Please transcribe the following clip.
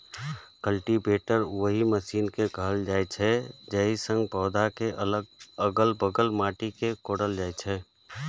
cultivator ओहि machine कें कहल जाइ छै, जाहि सं पौधाक अलग बगल माटि कें कोड़ल जाइ छै